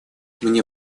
мне